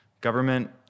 Government